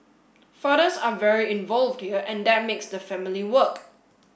fathers are very involved here and that makes the family work